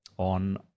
on